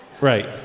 Right